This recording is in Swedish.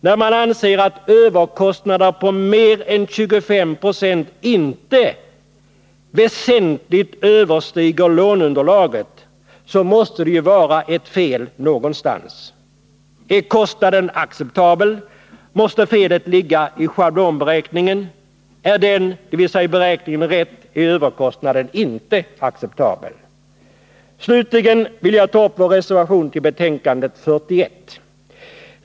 När man anser att överkostnader på mer än 25 9o inte ”väsentligt överstiger” låneunderlaget, måste det ju vara ett fel någonstans. Är kostnaden acceptabel måste felet ligga i schablonberäkningen. Är beräkningen riktig är överkostnaden inte acceptabel. Slutligen vill jag ta upp vår reservation till betänkandet 41.